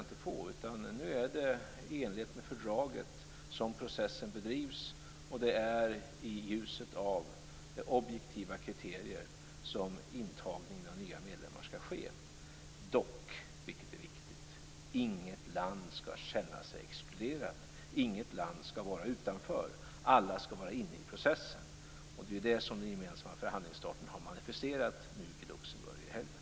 Nu är det i enlighet med fördraget som processen bedrivs. Det är i ljuset av objektiva kriterier som intagningen av nya medlemmar skall ske. Dock - vilket är viktigt: Inget land skall känna sig exkluderat. Inget land skall vara utanför. Alla skall vara inne i processen. Det är ju det som den gemensamma förhandlingsstarten har manifesterat i Luxemburg nu i helgen.